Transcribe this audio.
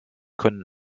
können